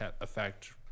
affect